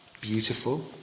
beautiful